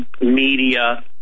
media